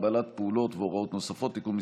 (הגבלת פעילות והוראות נוספות) (תיקון מס'